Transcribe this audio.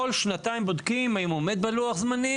כל שנתיים בודקים האם הוא עומד בלוח זמנים,